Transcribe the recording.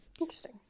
Interesting